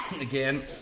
Again